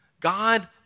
God